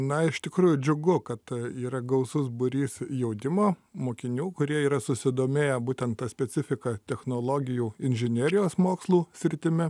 na iš tikrųjų džiugu kad yra gausus būrys jaunimo mokinių kurie yra susidomėję būtent ta specifika technologijų inžinerijos mokslų sritimi